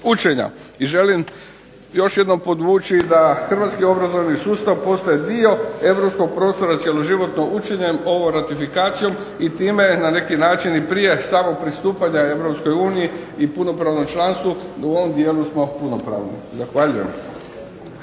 I želim još jednom podvući da hrvatski obrazovni sustav postaje dio europskog …/Govornik se ne razumije./… cjeloživotno učenje ovo ratifikacijom i time na neki način i prije samog pristupanja Europskoj uniji i punopravnom članstvu u ovom dijelu smo punopravni. Zahvaljujem.